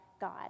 God